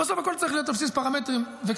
ובסוף הכול צריך להיות על בסיס פרמטרים וקריטריונים,